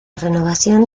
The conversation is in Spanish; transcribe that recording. renovación